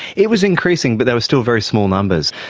it was increasing but there were still very small numbers.